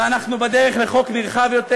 ואנחנו בדרך לחוק נרחב יותר.